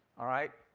all right,